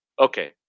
okay